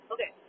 Okay